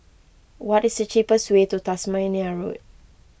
what is the cheapest way to Tasmania Road